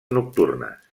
nocturnes